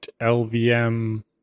LVM